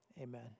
Amen